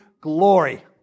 glory